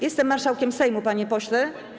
Jestem marszałkiem Sejmu, panie pośle.